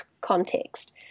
context